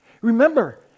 Remember